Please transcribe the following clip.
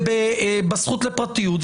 ובזכות לפרטיות.